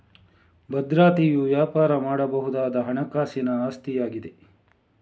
ಭದ್ರತೆಯು ವ್ಯಾಪಾರ ಮಾಡಬಹುದಾದ ಹಣಕಾಸಿನ ಆಸ್ತಿಯಾಗಿದೆ